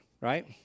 right